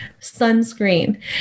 sunscreen